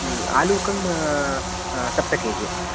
आलूकं सप्त केजि